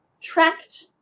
tracked